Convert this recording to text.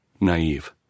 Naive